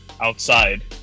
outside